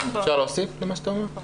אפשר להוסיף למה שאתה אומר?